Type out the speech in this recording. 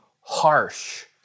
harsh